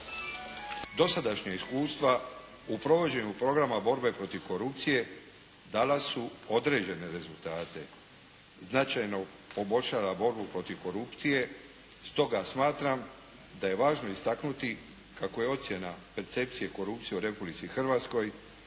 Dosadašnja iskustva u provođenju programa borbe protiv korupcije dala su određene rezultate, značajno poboljšala borbu protiv korupcije, stoga smatram da je važno istaknuti kako je ocjena percepcije korupcije u Republici Hrvatskoj